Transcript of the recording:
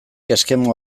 eskema